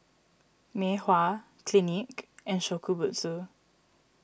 Mei Hua Clinique and Shokubutsu